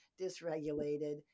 dysregulated